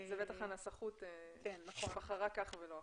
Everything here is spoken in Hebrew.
בטח הנסחות בחרה כך ולא אחרת.